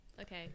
okay